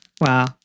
Wow